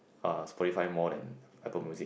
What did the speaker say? uh Spotify more than Apple Music